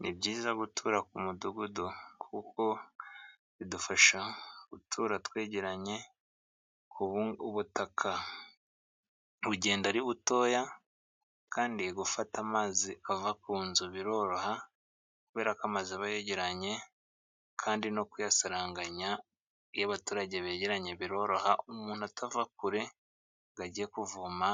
Ni byiza gutura ku mudugudu. Kuko bidufasha gutura twegeranye, ubutaka bugenda ari butoya kandi gufata amazi ava ku nzu biroroha kubera ko amazu aba yegeranye. Kandi no kuyasaranganya iyo abaturage begeranye biroroha. Umuntu atava kure ngo ajye kuvoma